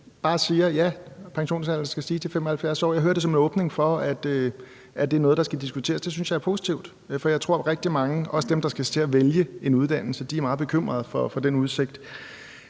bare siger: Ja, pensionsalderen skal stige til 75 år. Jeg hører det som en åbning for, at det er noget, der skal diskuteres, og det synes jeg er positivt. For jeg tror, at rigtig mange – også dem, der skal til at vælge en uddannelse – er meget bekymrede for den udsigt.